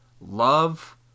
love